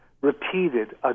repeated